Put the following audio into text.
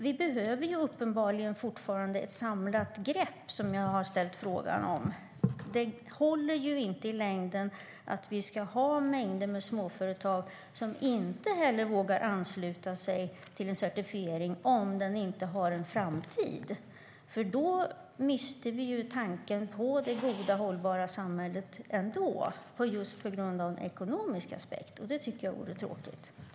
Vi behöver uppenbarligen fortfarande ett samlat grepp, som jag har frågat om. Det håller inte i längden att vi ska ha mängder med småföretag som inte vågar ansluta sig till en certifiering om den inte har en framtid. Då mister vi ju ändå tanken på det goda, hållbara samhället, just på grund av ekonomiska aspekter, och det tycker jag vore tråkigt.